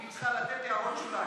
אם היא צריכה לתת הערות שוליים.